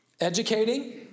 educating